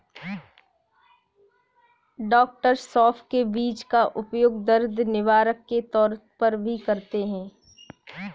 डॉ सौफ के बीज का उपयोग दर्द निवारक के तौर पर भी करते हैं